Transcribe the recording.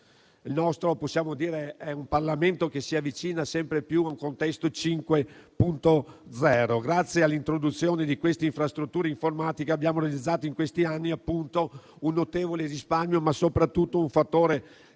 il nostro è un Parlamento che si avvicina sempre più a un contesto 5.0. Grazie all'introduzione di queste infrastrutture informatiche, abbiamo realizzato in questi anni un notevole risparmio, ma soprattutto si è determinato